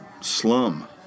slum